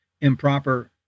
improper